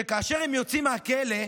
שכאשר הם יוצאים מהכלא,